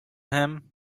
him